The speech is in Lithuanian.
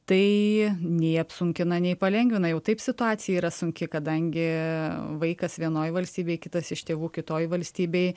tai nei apsunkina nei palengvina jau taip situacija yra sunki kadangi vaikas vienoj valstybėj kitas iš tėvų kitoj valstybėj